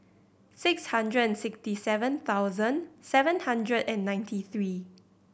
six hundred and sixty seven thousand seven hundred and ninety three